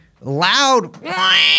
loud-